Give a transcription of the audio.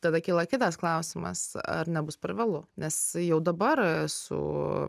tada kyla kitas klausimas ar nebus per vėlu nes jau dabar su